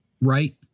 right